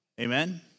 Amen